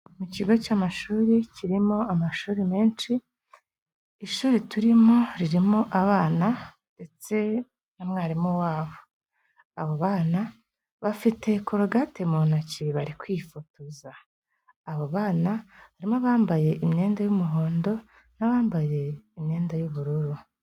Mu kigo cy'amashuri kirimo amashuri menshi, ishuri turimo ririmo abana ndetse na mwarimu wabo. Abo bana bafite korogate mu ntoki bari kwifotoza. Abo bana harimo abambaye imyenda y'umuhondo n'abambaye imyenda y'ubururu.